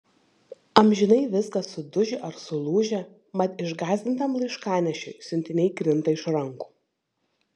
amžinai viskas sudužę ar sulūžę mat išgąsdintam laiškanešiui siuntiniai krinta iš rankų